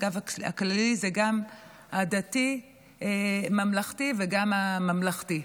אגב, הכללי זה גם הדתי-ממלכתי וגם הממלכתי.